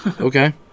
Okay